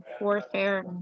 warfare